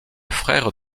frère